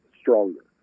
stronger